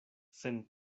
sen